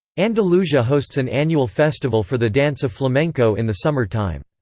andalusia hosts an annual festival for the dance of flamenco in the summer-time.